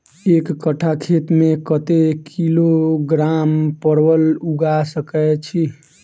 एक कट्ठा खेत मे कत्ते किलोग्राम परवल उगा सकय की??